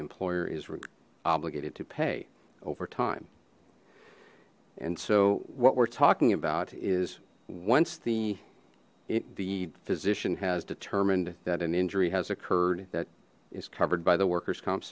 employer is obligated to pay overtime and so what we're talking about is once the it the physician has determined that an injury has occurred that is covered by the workers comp